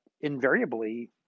invariably